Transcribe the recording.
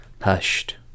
hushed